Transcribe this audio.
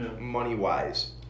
money-wise